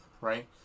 right